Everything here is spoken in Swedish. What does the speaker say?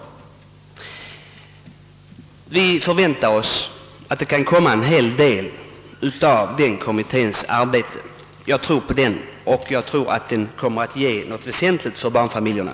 Centern förväntar sig mycket av den kommitténs arbete. Jag tror att den kommer att ge något väsentligt för barnfamiljerna.